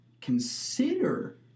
consider